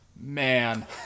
man